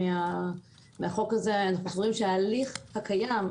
אנחנו סבורים שההליך הקיים,